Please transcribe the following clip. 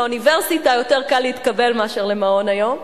לאוניברסיטה יותר קל להתקבל מאשר למעון-היום.